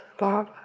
love